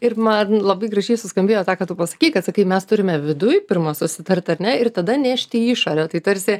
ir man labai gražiai suskambėjo tą ką tu pasakei kad sakai mes turime viduj pirma susitart ar ne ir tada nešti į išorę tai tarsi